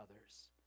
others